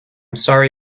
sorry